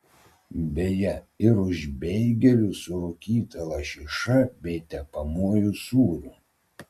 beje ir už beigelius su rūkyta lašiša bei tepamuoju sūriu